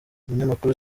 umunyamakuru